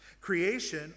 Creation